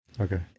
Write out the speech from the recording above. Okay